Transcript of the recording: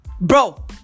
bro